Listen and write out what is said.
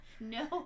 No